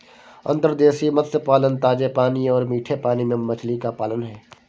अंतर्देशीय मत्स्य पालन ताजे पानी और मीठे पानी में मछली का पालन है